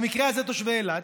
במקרה הזה תושבי אילת,